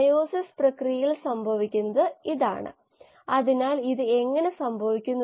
metabolic പാതയിലെ ഒരു പ്രധാന ബ്രാഞ്ച് പോയിന്റായ പൈറുവേറ്റ് എന്നറിയപ്പെടുന്നു